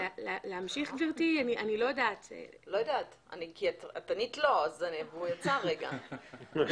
חכי רגע, הוא יצא רגע.